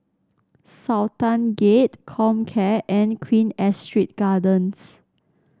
Sultan Gate Comcare and Queen Astrid Gardens